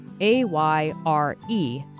A-Y-R-E